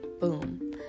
boom